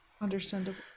Understandable